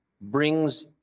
brings